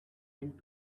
went